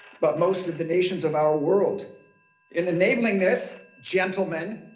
but most of the nations of our world in enabling this, gentlemen,